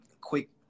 quick